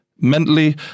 Mentally